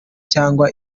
cyangwa